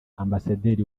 ambasaderi